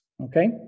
Okay